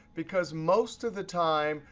because most of the time,